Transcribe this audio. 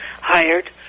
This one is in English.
hired